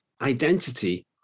identity